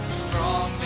strong